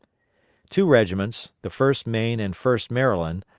two regiments, the first maine and first maryland,